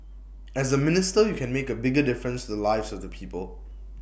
as A minister you can make A bigger difference to the lives of the people